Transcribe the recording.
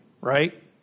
right